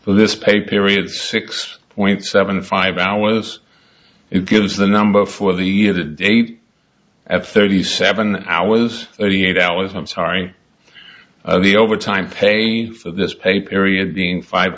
this pay period six point seven five hours it gives the number for the year that they have thirty seven hours thirty eight hours i'm sorry the overtime pay for this pay period being five